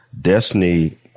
Destiny